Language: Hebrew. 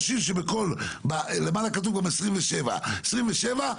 למעלה כתוב גם 27. 27,